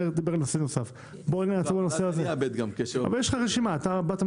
לנושא הבא, שאלה.